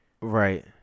right